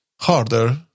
harder